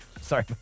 Sorry